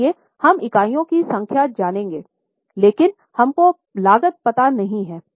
इसलिए हम इकाइयों की संख्या जानेंगे लेकिन हमको लागत पता नहीं है